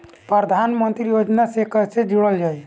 प्रधानमंत्री योजना से कैसे जुड़ल जाइ?